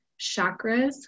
chakras